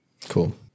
Cool